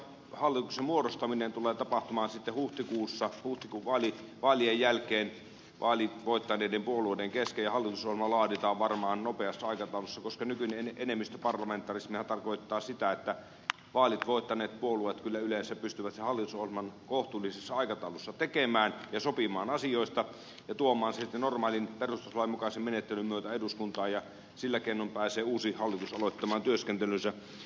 hallituksen muodostaminen tulee tapahtumaan sitten huhtikuussa huhtikuun vaalien jälkeen vaalit voittaneiden puolueiden kesken ja hallitusohjelma laaditaan varmaan nopeassa aikataulussa koska nykyinen enemmistöparlamentarismihan tarkoittaa sitä että vaalit voittaneet puolueet kyllä yleensä pystyvät sen hallitusohjelman kohtuullisessa aikataulussa tekemään ja sopimaan asioista ja tuomaan sitten normaalin perustuslain mukaisen menettelyn myötä eduskuntaan ja sillä keinoin pääsee uusi hallitus aloittamaan työskentelynsä